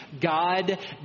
God